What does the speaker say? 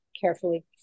carefully